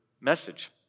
message